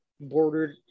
bordered